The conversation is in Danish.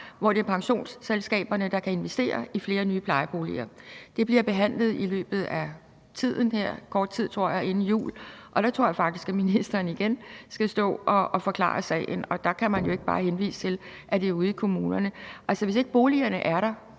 hvor det er pensionsselskaberne, der kan investere i flere nye plejeboliger. Det bliver behandlet i løbet af kort tid her inden jul, og der tror jeg faktisk, at ministeren igen skal stå og forklare sagen, og der kan man jo ikke bare henvise til, at det er ude i kommunerne. Hvis ikke boligerne er der,